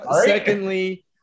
secondly